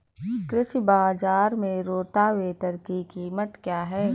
कृषि बाजार में रोटावेटर की कीमत क्या है?